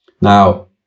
Now